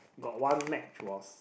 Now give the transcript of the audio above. got one match was